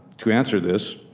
to answer this,